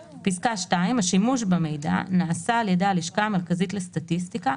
(2)השימוש במידע נעשה על ידי הלשכה המרכזית לסטטיסטיקה,